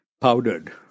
powdered